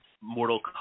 Mortal